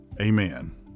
Amen